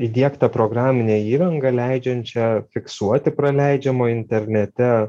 įdiegtą programinę įrangą leidžiančią fiksuoti praleidžiamo internete